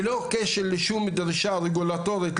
ללא קשר לשום דרישה רגולטורית,